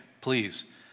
please